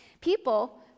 People